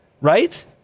right